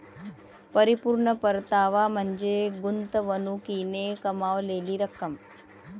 परिपूर्ण परतावा म्हणजे गुंतवणुकीने कमावलेली रक्कम